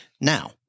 Now